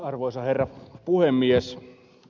arvoisa herra puhemies